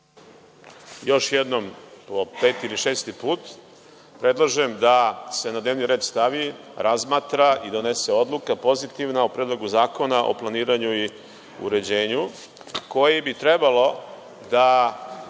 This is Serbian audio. Još jednom po peti ili šesti put predlažem da se na dnevni red sednice stavi, razmatra i donese odluka pozitivna o Predlogu zakona o planiranju i uređenju koji bi trebalo da